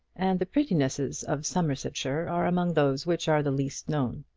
and the prettinesses of somersetshire are among those which are the least known.